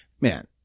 man